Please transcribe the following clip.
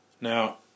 Now